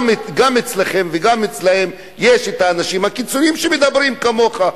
גם אצלכם וגם אצלם יש את האנשים הקיצונים שמדברים כמוך.